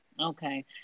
okay